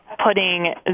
putting